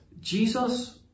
Jesus